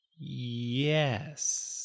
Yes